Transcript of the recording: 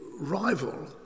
rival